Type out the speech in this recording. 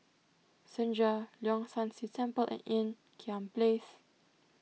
Senja Leong San See Temple and Ean Kiam Place